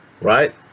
Right